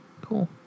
Cool